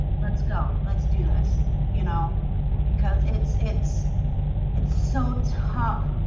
let's go. let's do this, you know because it's it's it's so tough